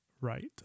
right